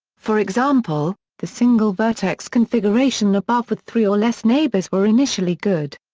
for example, the single-vertex configuration above with three or less neighbors were initially good.